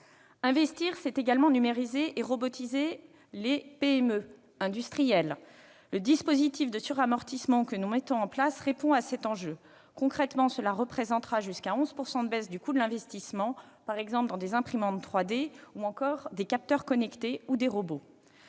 Investir, c'est également numériser et robotiser les PME industrielles. Le dispositif de suramortissement que nous mettons en place répond à cet enjeu. Concrètement, cela représentera une baisse pouvant aller jusqu'à 11 % du coût de l'investissement, par exemple dans des imprimantes 3D, des capteurs connectés ou encore des robots.